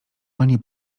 ani